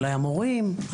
אולי המורים,